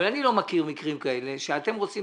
אבל אני לא מכיר מקרים כאלה שבהם אתם רוצים